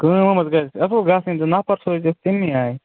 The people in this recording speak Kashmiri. کٲم وٲم حظ گَژھِ اَصٕل گَژھٕنۍ تہٕ نفر سوٗزہوٗکھ تَمی آیہِ